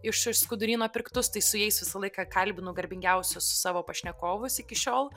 iš skuduryno pirktus tai su jais visą laiką kalbinu garbingiausius savo pašnekovus iki šiol